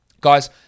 Guys